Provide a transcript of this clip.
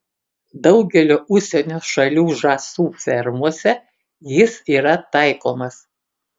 daugelio užsienio šalių žąsų fermose jis yra taikomas